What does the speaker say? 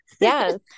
yes